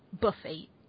Buffy